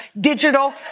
digital